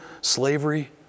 slavery